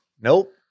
Nope